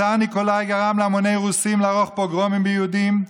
הצאר ניקולאי גרם להמוני רוסים לערוך פוגרומים ביהודים,